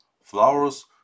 Flowers